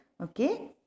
Okay